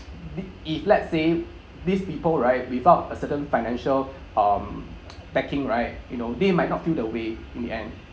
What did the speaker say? if let's say these people right without a certain financial um backing right you know they might not feel the way the end